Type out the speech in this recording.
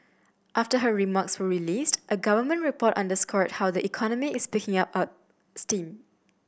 after her remarks were released a government report underscored how the economy is picking up steam